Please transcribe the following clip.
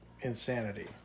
insanity